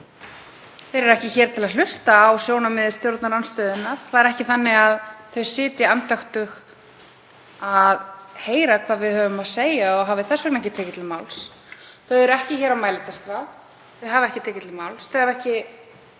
Þeir eru ekki hér til að hlusta á sjónarmið stjórnarandstöðunnar, það er ekki þannig að þau sitji andaktug að heyra hvað við höfum að segja og hafi þess vegna ekki tekið til máls. Þau eru ekki á mælendaskrá, þau hafa ekki tekið til máls, þau hafa ekki einu sinni